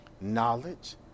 knowledge